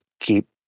keep